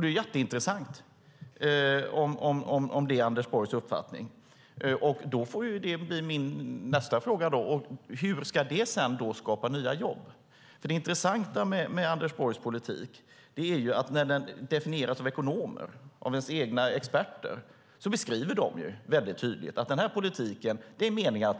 Det är jätteintressant om det är Anders Borgs uppfattning, och då får min nästa fråga bli: Hur ska det skapa nya jobb? Det intressanta med Anders Borgs politik är nämligen att den när den definieras av ekonomer - av regeringens egna experter - väldigt tydligt beskrivs som en politik